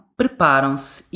preparam-se